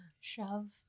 Shove